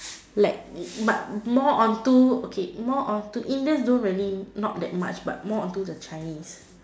like but more on to okay more on to Indians don't really not that much more on to the Chinese